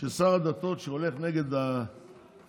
ששר דתות שהולך נגד הדת